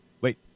Wait